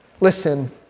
listen